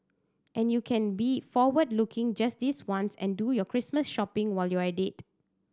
and you can be forward looking just this once and do your Christmas shopping while you're at it